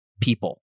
people